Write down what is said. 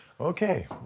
Okay